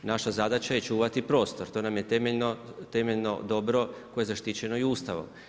Naša zadaća je čuvati prostor, to nam je temeljno dobro koje je zaštićeno i Ustavom.